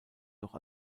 noch